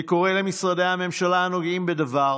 אני קורא למשרדי הממשלה הנוגעים בדבר